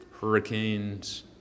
hurricanes